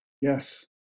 Yes